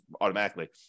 automatically